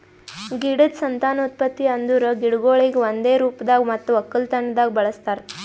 ಗಿಡದ್ ಸಂತಾನೋತ್ಪತ್ತಿ ಅಂದುರ್ ಗಿಡಗೊಳಿಗ್ ಒಂದೆ ರೂಪದಾಗ್ ಮತ್ತ ಒಕ್ಕಲತನದಾಗ್ ಬಳಸ್ತಾರ್